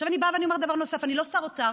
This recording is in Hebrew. עכשיו אני אומרת דבר נוסף: אני לא שר אוצר,